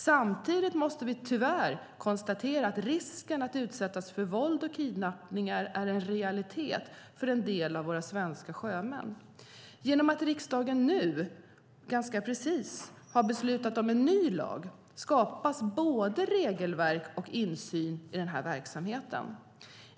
Samtidigt måste vi tyvärr konstatera att risken att utsättas för våld och kidnappningar är en realitet för en del av våra svenska sjömän. Genom att riksdagen nu beslutat om en ny lag skapas både regelverk och insyn i denna verksamhet.